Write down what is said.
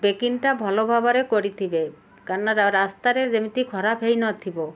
ପ୍ୟାକିଂଟା ଭଲ ଭାବରେ କରିଥିବେ କାରଣ ରାସ୍ତାରେ ଯେମିତି ଖରାପ ହେଇନଥିବ